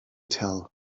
tell